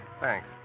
Thanks